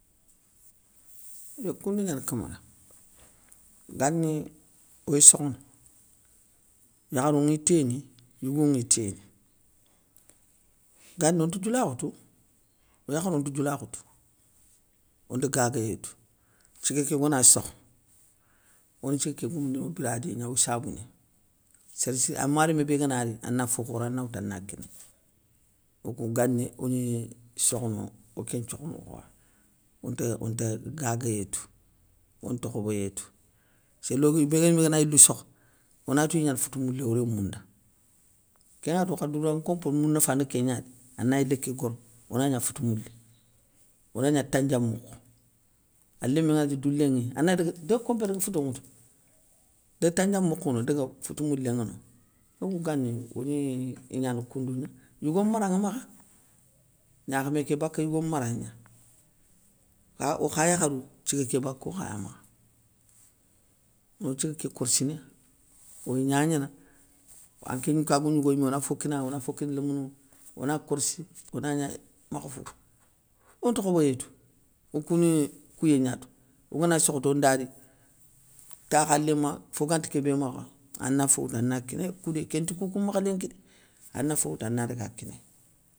Yo koundou gnani camara, gani oy sokhono, yakharou ŋi téni, yigou ŋi téni, gani onta djoulakhou tou, o yakharou nta djoulakhou tou, onta gaguéyé tou, tiga ké ogana sokho. one tiga ké gomoundino biradi gna ossabouné, sér siré an ma rémé bé gana ri ana fo khoro ana woutou ana kinéy, okou gani ogni sokhono okén nthiokho mokhoa, onte onte gaguéyé tou, onte khoboyé tou. Séli ogui ibé rémé gana yilou sokhe. onatoy gnana foute moulé, o rémou nda kén ŋwakhati, okha douda nkompo mounafa ni kégna dé, ana yilé ké goro ona gna foute moulé, ona gna tandjamoukhou, a lémé ngana ti doulé ŋiya anati dégue kompé, daga fouto ŋwoutou, daga tandian moukhou ŋa no daga fouto moulé ŋa no okou gani oni i gnana koundou gna. Yigo mara nŋa makha, gnakhamé ké baka yigo mara gna, kha okha yakharou tiga ké bako okhaya makha. Ona tiga ké korssiniya, oy gnagnana, anké nka gou gnigo yimé ona fo kinanŋa, ona fo kini lémounou nŋa, ona korssi ona gna makhefo, onte khoboyé tou okou ni kouyégna tou ogana sokho ta onda ri, takhaléma, fo ganti kébé makha, ana fo woutou ana kinéy, koudé kénti kounkou makha lénki dé, ana fo woutou ana daga kinéy.